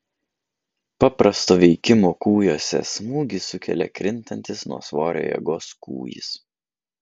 paprasto veikimo kūjuose smūgį sukelia krintantis nuo svorio jėgos kūjis